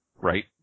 Right